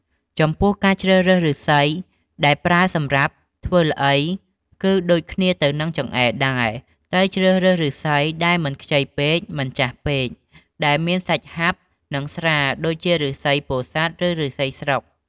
ចំពោះការជ្រើសរើសឫស្សីដែលប្រើសម្រាប់ធ្វើល្អី គឺដូចគ្នាទៅនឹងចង្អេរដែរ ត្រូវជ្រើសរើសឫស្សីដែលមិនខ្ចីពេក មិនចាស់ពេក ដែលមានសាច់ហាប់ និងស្រាល ដូចជា ឫស្សីពោធិ៍សាត់ ឬ ឫស្សីស្រុក។